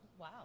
Wow